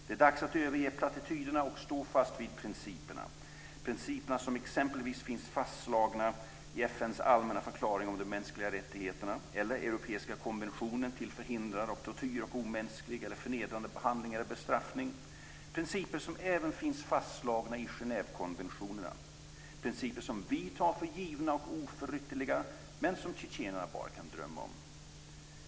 Det är dags att överge plattityderna och stå fast vid principerna, principer som exempelvis finns fastslagna i FN:s allmänna förklaring om de mänskliga rättigheterna eller i europeiska konventionen till förhindrande av tortyr och omänsklig eller förnedrande behandling eller bestraffning, principer som även finns fastslagna i Genèvekonventionerna. Det är principer som vi tar för givna och oförytterliga men som tjetjenerna bara kan drömma om.